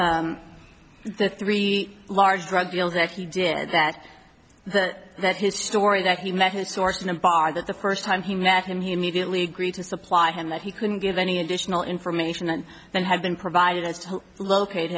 of the three large drug deals that he did that but that his story that he met his source in a bar that the first time he met him he immediately agreed to supply him that he couldn't give any additional information and then have been provided as